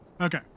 Okay